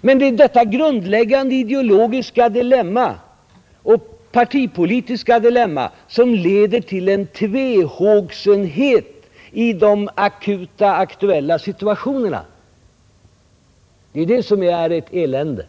Men det är detta grundläggande ideologiska och partipolitiska dilemma som leder till en tvehågsenhet i de aktuella situationerna. Det är det som är ert elände.